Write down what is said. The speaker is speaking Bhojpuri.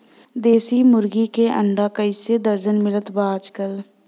देशी मुर्गी के अंडा कइसे दर्जन मिलत बा आज कल?